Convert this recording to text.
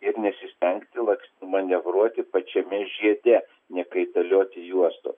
ir nesistengti laks manevruoti pačiame žiede nekaitalioti juostų